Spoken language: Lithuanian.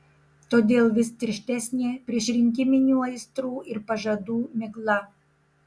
todėl vis tirštesnė priešrinkiminių aistrų ir pažadų migla